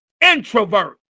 introvert